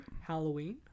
Halloween